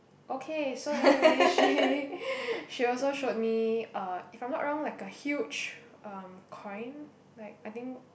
okay so anyway she she also showed me uh if I'm not wrong like a huge um coin like I think